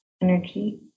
Energy